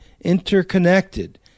interconnected